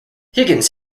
higgins